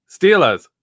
Steelers